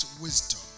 wisdom